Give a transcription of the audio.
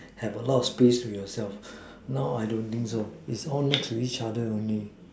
have a lot of space for yourself now I don't think so it's all next to each other only